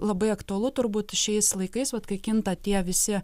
labai aktualu turbūt šiais laikais vat kai kinta tie visi